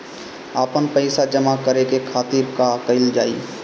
आपन पइसा जमा करे के खातिर का कइल जाइ?